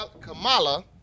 Kamala